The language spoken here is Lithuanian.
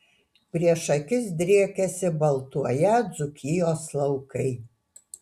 prieš akis driekėsi baltuoją dzūkijos laukai